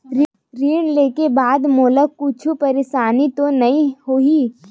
ऋण लेके बाद मोला कुछु परेशानी तो नहीं होही?